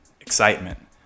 excitement